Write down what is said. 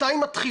מתי היא מתחילה?